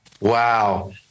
Wow